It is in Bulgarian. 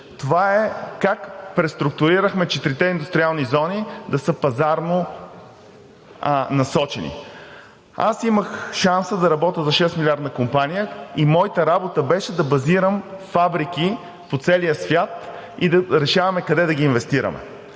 Това е как преструктурирахме четирите индустриални зони да са пазарно насочени. Аз имах шанса да работя за шестмилиардна компания. Моята работа беше да базирам фабрики по целия свят и да решаваме къде да ги инвестираме.